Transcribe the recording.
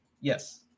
yes